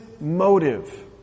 motive